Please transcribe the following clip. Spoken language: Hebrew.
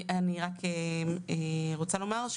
אני רק רוצה להגיד: